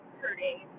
hurting